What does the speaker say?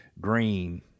green